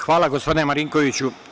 Hvala, gospodine Marinkoviću.